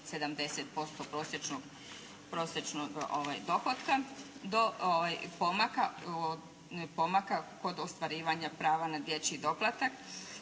70% prosječnog doplatka do pomaka kod ostvarivanja prava na dječji doplatak,